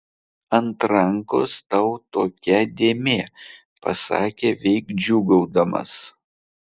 ant rankos tau tokia dėmė pasakė veik džiūgaudamas